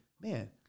man